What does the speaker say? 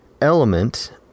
element